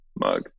mug